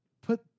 put